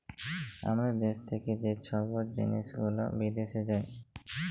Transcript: আমাদের দ্যাশ থ্যাকে যে ছব জিলিস গুলা বিদ্যাশে যায়